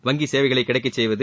வங்கி சேவைகளை கிடைக்க செய்வது